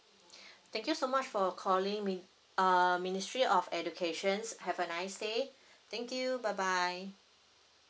thank you so much for calling mi~ err ministry of education have a nice day thank you bye bye